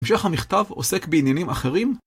המשך המכתב עוסק בעניינים אחרים.